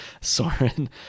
Soren